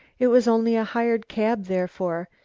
it was only a hired cab, therefore,